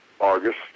August